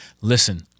Listen